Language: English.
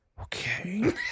Okay